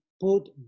put